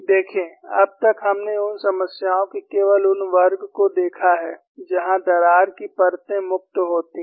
देखें अब तक हमने उन समस्याओं के केवल उन वर्ग को देखा है जहाँ दरार की परतें मुक्त होती हैं